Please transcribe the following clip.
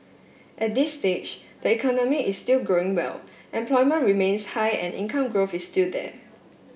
at this stage the economy is still growing well employment remains high and income growth is still there